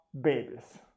babies